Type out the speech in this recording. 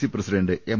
C president M